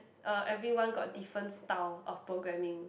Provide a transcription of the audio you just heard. uh everyone got different style of programming